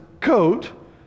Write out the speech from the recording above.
coat